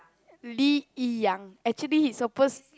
Lin Yi Yang actually he supposed